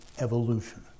evolution